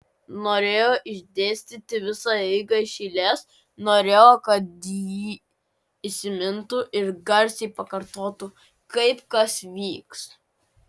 norėjo išdėstyti visą eigą iš eilės norėjo kad ji įsimintų ir garsiai pakartotų kaip kas vyks